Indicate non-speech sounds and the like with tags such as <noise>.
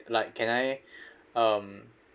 like can I <breath> um